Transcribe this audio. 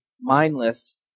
mindless